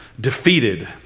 defeated